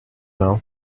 now